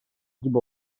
gibi